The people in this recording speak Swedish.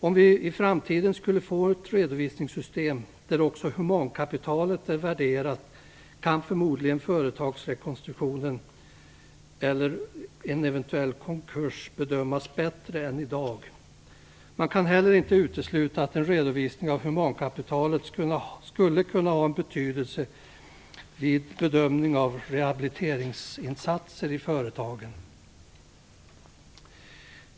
Om vi i framtiden får ett redovisningssystem där också humankapitalet är värderat, kan förmodligen förutsättningarna för en företagsrekonstruktion eller en eventuell konkurs bedömas bättre än i dag. Man kan inte heller utesluta att en redovisning av humankapitalet skulle kunna ha betydelse vid en bedömning av vilka rehabiliteringsinsatser som bör göras i företagen.